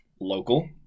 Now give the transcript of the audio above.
local